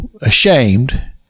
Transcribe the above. ashamed